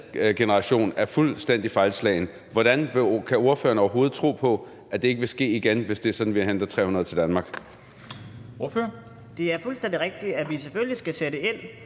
generation er fuldstændig fejlslagen. Hvordan kan ordføreren overhovedet tro på, at det ikke vil ske igen, hvis det er sådan, at vi henter 300 til Danmark?